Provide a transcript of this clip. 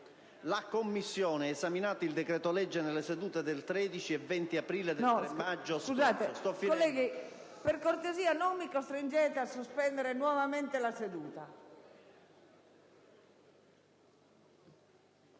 La Commissione ha esaminato il decreto-legge nelle sedute del 13 e 20 aprile e del 3 maggio scorso. *(Brusìo).* PRESIDENTE. Scusate colleghi, per cortesia: non mi costringete a sospendere nuovamente la seduta.